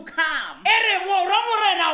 come